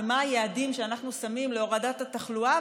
ומה היעדים שאנחנו שמים להורדת התחלואה,